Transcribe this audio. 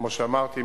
כמו שאמרתי,